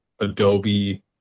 adobe